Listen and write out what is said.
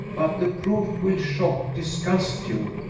but the proof will shock disgust you.